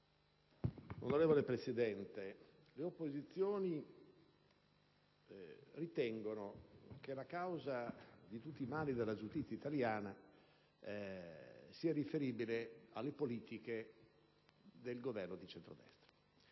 Signor Presidente, le opposizioni ritengono che la causa di tutti i mali della giustizia italiana sia riferibile alle politiche del Governo di centrodestra.